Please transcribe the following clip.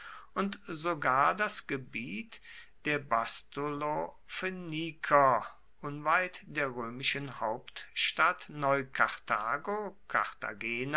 und sogar das gebiet der bastulophöniker unweit der römischen hauptstadt neukarthago